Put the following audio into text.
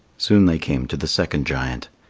soon they came to the second giant.